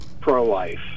pro-life